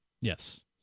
Yes